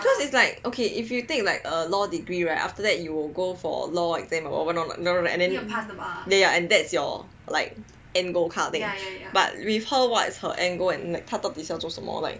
it's like okay if you take like a law degree right after that you will go for law exam or what and that is your end goal that kind of thing but with her what is her end goal like 他到底要做什么 like